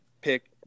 pick